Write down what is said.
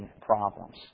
problems